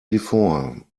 before